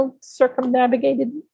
circumnavigated